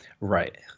Right